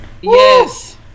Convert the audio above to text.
Yes